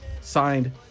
Signed